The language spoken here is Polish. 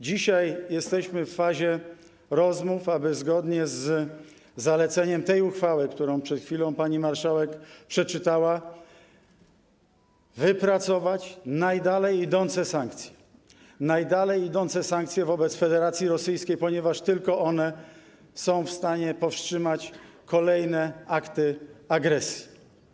Dzisiaj jesteśmy w fazie rozmów, aby zgodnie z zaleceniem tej uchwały, którą przed chwilą pani marszałek przeczytała, wypracować najdalej idące sankcje wobec Federacji Rosyjskiej, ponieważ tylko one są w stanie powstrzymać kolejne akty agresji.